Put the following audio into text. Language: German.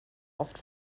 oft